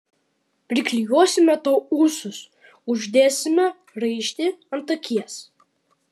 priklijuosime tau ūsus uždėsime raištį ant akies